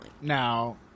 Now